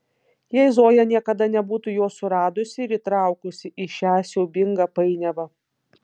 jei zoja niekada nebūtų jo suradusi ir įtraukusi į šią siaubingą painiavą